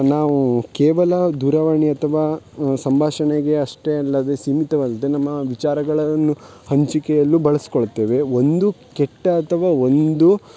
ನಾವು ಕೇವಲ ದೂರವಾಣಿ ಅಥವಾ ಸಂಭಾಷಣೆಗೆ ಅಷ್ಟೇ ಅಲ್ಲದೆ ಸೀಮಿತವಲ್ಲದೆ ನಮ್ಮ ವಿಚಾರಗಳನ್ನು ಹಂಚಿಕೆಯಲ್ಲೂ ಬಳಸಿಕೊಳ್ತೇವೆ ಒಂದು ಕೆಟ್ಟ ಅಥವಾ ಒಂದು